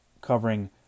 covering